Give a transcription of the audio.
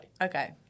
Okay